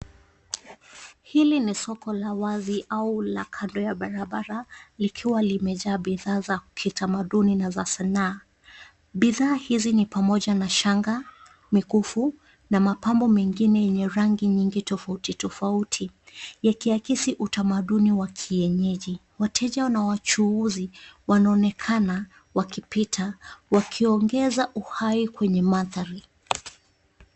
Hili ni soko la wazi au la kando ya barabara likiwa limajaa bidhaa za kitamaduni na za sanaa. Bidhaa hizi ni pamoja na shanga, mikufu na mapambo mengine yenye rangi nyingi tofauti tofauti yakiakisi utamaduni wa kienyeji. Wateja na wachuuzi wanaonekana wakipita wakiongeza uhai kwenye mandhari.